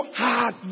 hard